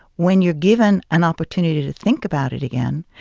when you're given an opportunity to think about it again,